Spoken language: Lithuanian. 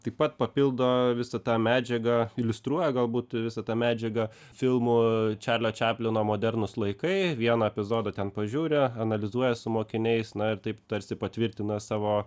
taip pat papildo visą tą medžiagą iliustruoja galbūt visą tą medžiagą filmu čarlio čaplino modernūs laikai vieną epizodą ten pažiūri analizuoja su mokiniais na ir taip tarsi patvirtina savo